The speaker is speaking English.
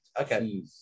Okay